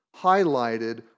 highlighted